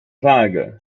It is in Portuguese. vaga